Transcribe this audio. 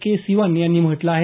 के सिवन यांनी म्हटलं आहे